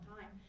time